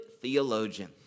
theologian